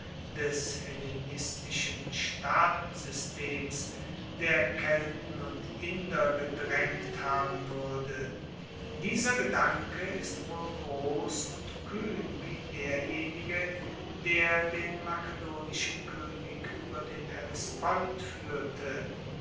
des hellenistischen staatensystems der kelten und inder gedraengt haben wuerde dieser gedanke ist wohl gross und kuehn wie derjenige der den makedonischen koenig ueber den hellespont fuehrte